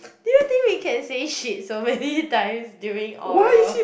do you think we can say shit so many times during oral